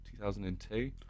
2002